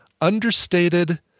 understated